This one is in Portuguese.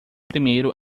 primeiro